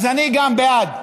אז אני גם בעד.